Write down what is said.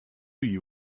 you